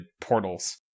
portals